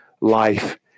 life